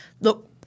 Look